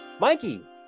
Mikey